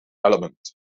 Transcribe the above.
element